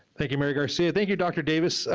thank you mary garcia, thank you dr. davis.